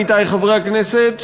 עמיתי חבר הכנסת,